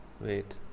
Wait